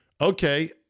okay